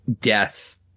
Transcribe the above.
death